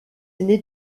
aîné